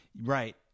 right